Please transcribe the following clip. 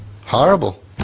Horrible